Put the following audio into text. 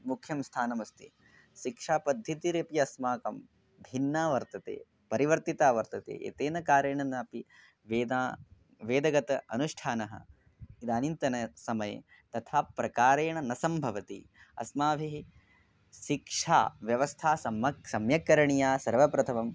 मुख्यं स्थानम् अस्ति सिक्षापद्धतिरपि अस्माकं भिन्ना वर्तते परिवर्तिता वर्तते तेन कारणेनापि वेदा वेदगतानुष्ठानः इदानींतनसमये तथा प्रकारेण न सम्भवति अस्माभिः शिक्षा व्यवस्था सम्यक् सम्यक् करणीया सर्वप्रथमं